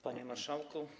Panie Marszałku!